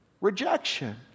rejection